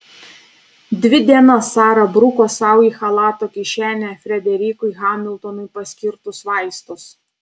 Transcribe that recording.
dvi dienas sara bruko sau į chalato kišenę frederikui hamiltonui paskirtus vaistus